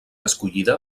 escollida